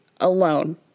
alone